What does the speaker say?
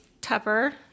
Tupper